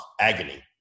agony